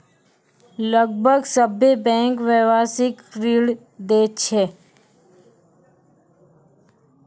लगभग सभ्भे बैंकें व्यवसायिक ऋण दै छै